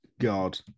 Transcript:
God